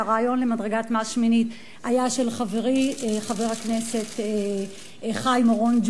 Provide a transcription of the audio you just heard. שהרעיון של מדרגת מס שמינית היה של חברי חבר הכנסת חיים אורון,